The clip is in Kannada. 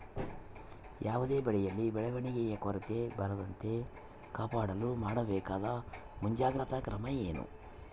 ಯಾವುದೇ ಬೆಳೆಯಲ್ಲಿ ಬೆಳವಣಿಗೆಯ ಕೊರತೆ ಬರದಂತೆ ಕಾಪಾಡಲು ಮಾಡಬೇಕಾದ ಮುಂಜಾಗ್ರತಾ ಕ್ರಮ ಏನು?